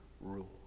rule